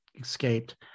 escaped